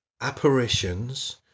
apparitions